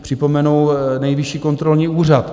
Připomenu Nejvyšší kontrolní úřad.